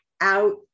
out